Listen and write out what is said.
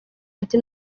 ati